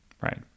Right